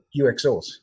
UXOs